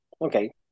okay